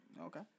Okay